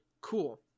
Cool